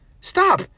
Stop